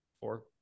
Four